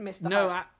no